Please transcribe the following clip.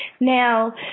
Now